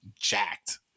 jacked